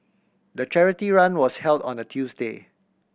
the charity run was held on a Tuesday